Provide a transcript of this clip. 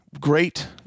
Great